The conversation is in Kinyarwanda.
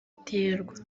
iterwa